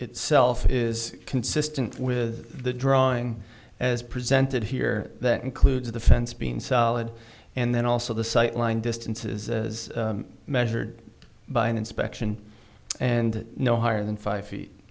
itself is consistent with the drawing as presented here that includes the fence been solid and then also the sightline distances as measured by inspection and no higher than five feet